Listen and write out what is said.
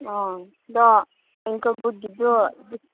ꯑꯥ ꯑꯗꯣ ꯑꯦꯡꯀꯜ ꯕꯨꯠꯀꯤꯗꯣ